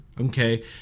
okay